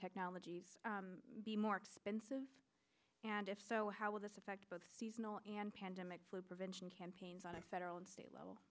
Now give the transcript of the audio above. technologies be more expensive and if so how will this affect both seasonal and pandemic flu prevention campaigns on the federal and state level